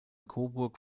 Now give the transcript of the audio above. coburg